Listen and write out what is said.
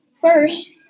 First